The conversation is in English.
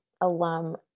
alum